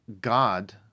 God